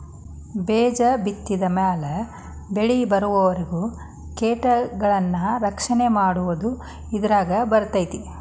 ಬೇಜ ಬಿತ್ತಿದ ಮ್ಯಾಲ ಬೆಳಿಬರುವರಿಗೂ ಕೇಟಗಳನ್ನಾ ರಕ್ಷಣೆ ಮಾಡುದು ಇದರಾಗ ಬರ್ತೈತಿ